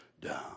down